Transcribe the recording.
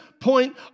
point